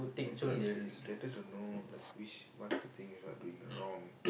the thing is is better to know like which what the thing is what doing wrong